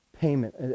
payment